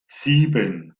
sieben